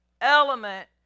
element